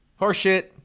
Horseshit